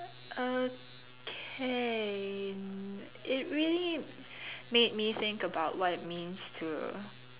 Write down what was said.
okay it really made me think about what it means to